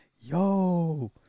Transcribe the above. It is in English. Yo